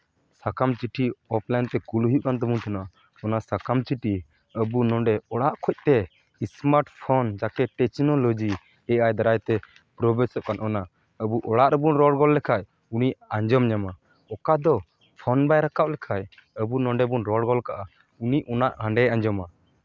ᱥᱟᱠᱟᱢ ᱪᱤᱴᱷᱤ ᱚᱯᱷᱞᱟᱭᱤᱱ ᱛᱮ ᱠᱩᱞ ᱦᱩᱭᱩᱜ ᱠᱟᱱ ᱛᱟᱵᱳᱱ ᱛᱟᱦᱮᱱᱟ ᱚᱱᱟ ᱥᱟᱠᱟᱢ ᱪᱤᱴᱷᱤ ᱟᱵᱚ ᱱᱚᱸᱰᱮ ᱚᱲᱟᱜ ᱠᱷᱚᱡ ᱛᱮ ᱤᱥᱢᱟᱨᱴ ᱯᱷᱳᱱ ᱡᱟᱛᱮ ᱴᱮᱪᱱᱳᱞᱚᱡᱤ ᱮᱭᱟᱭ ᱫᱟᱨᱟᱭ ᱛᱮ ᱯᱨᱚᱵᱮᱥᱚᱜ ᱠᱟᱱ ᱚᱱᱟ ᱟᱹᱵᱩ ᱚᱲᱟᱜ ᱨᱮᱵᱚᱱ ᱨᱚᱲ ᱜᱚᱫ ᱞᱮᱠᱷᱟᱡ ᱩᱱᱤ ᱟᱸᱡᱚᱢ ᱧᱟᱢᱟ ᱚᱠᱟ ᱫᱚ ᱯᱷᱳᱱ ᱵᱟᱭ ᱨᱟᱠᱟᱵ ᱞᱮᱠᱷᱟᱡ ᱟᱹᱵᱩ ᱱᱚᱰᱮ ᱵᱚᱱ ᱨᱚᱲ ᱜᱚᱫ ᱠᱟᱜᱼᱟ ᱩᱱᱤ ᱚᱱᱟ ᱦᱟᱸᱰᱮᱭ ᱟᱸᱡᱚᱢᱟ